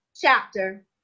chapter